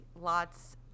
lots